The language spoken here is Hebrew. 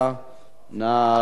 נא להצביע.